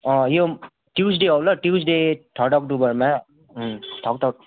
यो ट्युसडे आऊ ल ट्युसडे थर्ड अक्टोबरमा ठक ठक